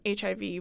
HIV